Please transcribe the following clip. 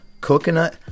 coconut